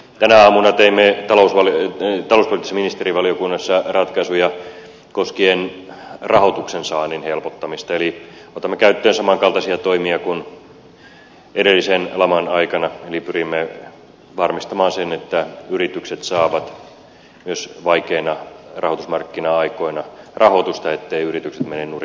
tänä aamuna teimme talouspoliittisessa ministerivaliokunnassa ratkaisuja koskien rahoituksen saannin helpottamista eli otamme käyttöön samankaltaisia toimia kuin edellisen laman aikana eli pyrimme varmistamaan sen että yritykset saavat myös vaikeina rahoitusmarkkina aikoina rahoitusta etteivät yritykset mene nurin